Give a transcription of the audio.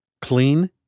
Clean